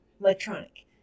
electronic